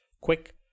quick